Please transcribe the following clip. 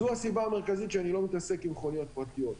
זו הסיבה המרכזית שאני לא מתעסק עם מכוניות פרטיות.